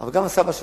אבל גם הסבא שלך,